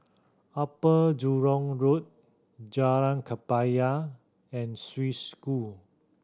Upper Jurong Road Jalan Kebaya and Swiss School